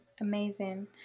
amazing